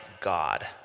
God